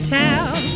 town